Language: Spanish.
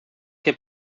que